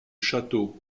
château